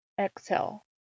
Exhale